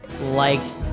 liked